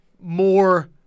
more